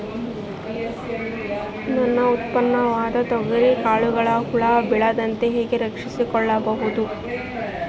ನನ್ನ ಉತ್ಪನ್ನವಾದ ತೊಗರಿಯ ಕಾಳುಗಳನ್ನು ಹುಳ ಬೇಳದಂತೆ ಹೇಗೆ ರಕ್ಷಿಸಿಕೊಳ್ಳಬಹುದು?